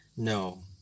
no